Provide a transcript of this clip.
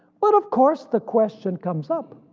but of course the question comes up